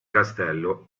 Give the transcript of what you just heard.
castello